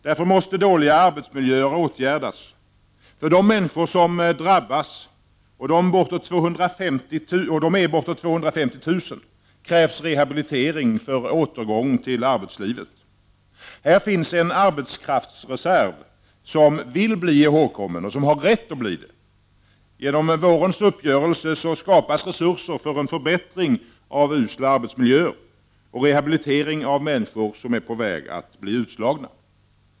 Därför måste dåliga arbetsmiljöer åtgärdas. För de människor som har drabbats — de är bortåt 250 000 — krävs rehabilitering för återgång till arbetslivet. Här finns en ”arbetskraftsreserv” som vill bli ihågkommen och som har rätt att bli det. Genom vårens uppgörelse skapas resurser för en förbättring av usla arbetsmiljöer och rehabilitering av människor som är på väg att bli utslagna.